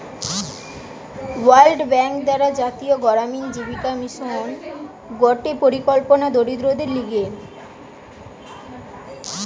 world Bank দ্বারা জাতীয় গড়ামিন জীবিকা মিশন গটে পরিকল্পনা দরিদ্রদের লিগে